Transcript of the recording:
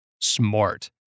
Smart